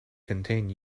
contain